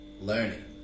learning